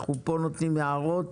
אנחנו נותנים פה הערות